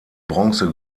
bronze